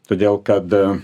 todėl kad